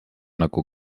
nagu